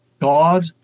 God